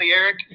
Eric